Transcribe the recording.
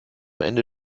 ende